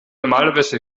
normalerweise